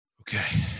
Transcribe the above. okay